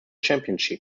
championship